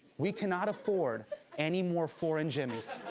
we cannot afford any more foreign jimmys.